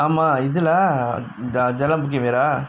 ஆமா இதுலா:aamaa ithulaa the jalan bukit merah